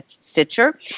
Stitcher